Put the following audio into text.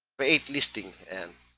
create listing